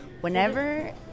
Whenever